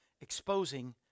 exposing